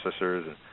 processors